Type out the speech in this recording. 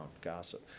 gossip